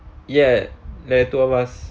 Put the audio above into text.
ya ya ya there two of us